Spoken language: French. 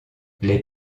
les